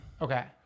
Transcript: Okay